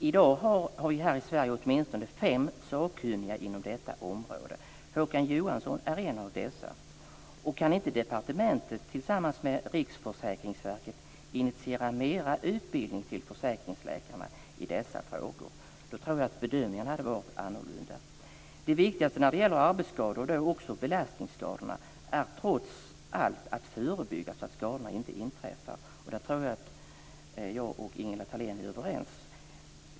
I dag har vi här i Sverige åtminstone fem sakkunniga inom detta område. Håkan Johansson är en av dessa. Kan inte departementet tillsammans med Riksförsäkringsverket initiera mer utbildning till försäkringsläkarna i dessa frågor? Om så vore fallet tror jag att bedömningarna hade varit annorlunda. Det viktigaste när det gäller arbetsskador och belastningsskador är trots allt att förebygga så att skadorna inte inträffar. Här tror jag att Ingela Thalén och jag är överens.